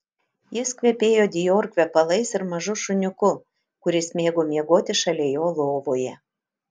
jis kvepėjo dior kvepalais ir mažu šuniuku kuris mėgo miegoti šalia jo lovoje